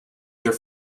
their